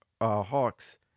Hawks